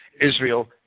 Israel